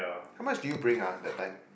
how much do you bring ah that time